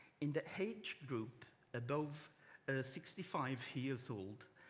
in the age group above sixty five years old,